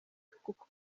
kuko